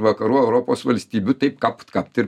vakarų europos valstybių taip kapt kapt ir